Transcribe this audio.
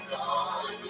on